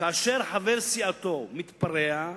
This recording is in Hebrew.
כאשר חבר סיעתו מתפרע,